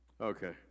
Okay